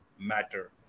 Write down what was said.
matter